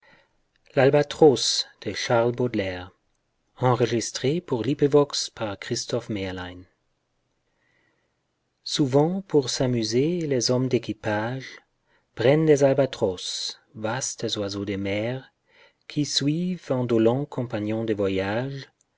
souvent pour s'amuser les hommes d'équipage prennent des albatros vastes oiseaux des mers qui suivent indolents compagnons de voyage